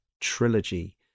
trilogy